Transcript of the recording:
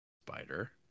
spider